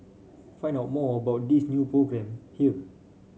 find out more about this new programme here